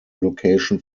location